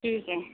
ठीक है